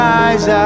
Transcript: eyes